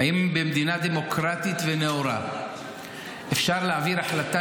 האם במדינה דמוקרטית ונאורה אפשר להעביר החלטה